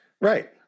Right